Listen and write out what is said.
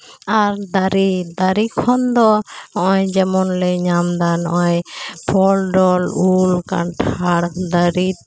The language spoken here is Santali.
ᱟᱨ ᱫᱟᱨᱮ ᱫᱟᱨᱮ ᱠᱷᱚᱱ ᱫᱚ ᱦᱚᱜᱼᱚᱸᱭ ᱡᱮᱢᱚᱱ ᱞᱮ ᱧᱟᱢᱫᱟ ᱱᱚᱜᱼᱚᱸᱭ ᱯᱷᱚᱞᱼᱰᱚᱞ ᱩᱞ ᱠᱟᱱᱴᱷᱟᱲ ᱫᱟᱨᱮ